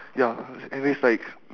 ya anyways like